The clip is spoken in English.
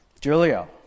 Julio